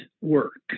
work